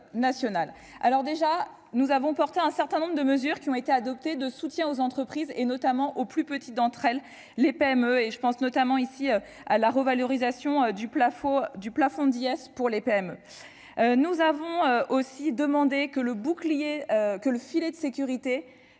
national, alors déjà, nous avons porté un certain nombre de mesures qui ont été adoptés, de soutien aux entreprises et notamment aux plus petites d'entre elles, les PME et je pense notamment ici, à la revalorisation du plafond du plafond IS pour les PME, nous avons aussi demandé que le bouclier que le filet de sécurité